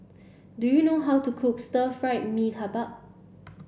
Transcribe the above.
do you know how to cook stir fry Mee Tai Bak